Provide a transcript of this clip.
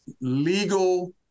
legal